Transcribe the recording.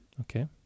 Okay